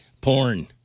Porn